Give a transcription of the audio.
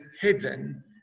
hidden